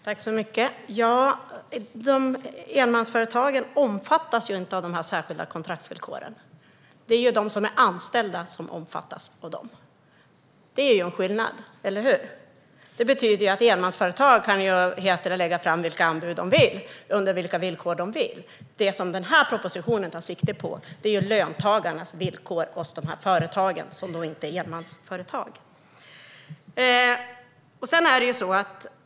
Herr talman! Enmansföretagen omfattas ju inte av de särskilda kontraktsvillkoren. Det är de som är anställda i dessa företag som omfattas. Det är ju en skillnad, eller hur? Det betyder att enmansföretag kan lägga anbud under vilka villkor som de vill. Den här propositionen tar sikte på löntagarnas villkor hos de företag som inte är enmansföretag.